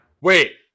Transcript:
Wait